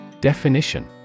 Definition